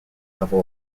level